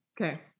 Okay